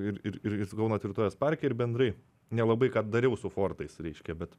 ir ir ir ir su kauno tvirtovės parke ir bendrai nelabai ką dariau su fortais reiškia bet